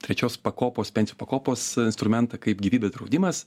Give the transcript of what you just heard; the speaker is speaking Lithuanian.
trečios pakopos pensijų pakopos instrumentą kaip gyvybės draudimas